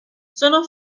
sono